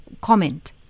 comment